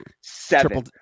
Seven